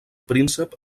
príncep